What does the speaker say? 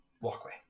walkway